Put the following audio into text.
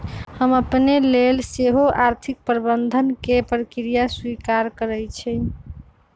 हम अपने लेल सेहो आर्थिक प्रबंधन के प्रक्रिया स्वीकारइ छी